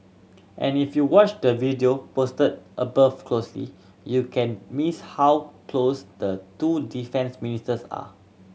and if you watch the video posted above closely you can miss how close the two defence ministers are